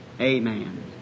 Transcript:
amen